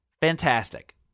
Fantastic